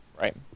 Right